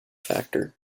factor